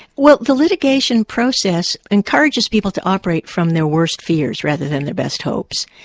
well the litigation process encourages people to operate from their worst fears rather than their best hopes.